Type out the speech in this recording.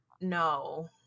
No